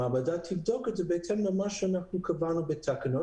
המעבדה תבדוק את זה בהתאם למה שאנחנו קבענו בתקנות